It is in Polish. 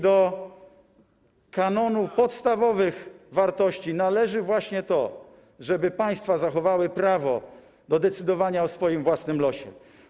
Do kanonu podstawowych wartości należy właśnie to, żeby państwa zachowały prawo do decydowania o swoim własnym losie.